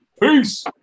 Peace